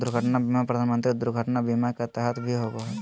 दुर्घटना बीमा प्रधानमंत्री दुर्घटना बीमा के तहत भी होबो हइ